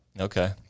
Okay